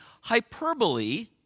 hyperbole